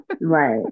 Right